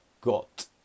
got